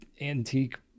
antique